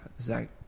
Zach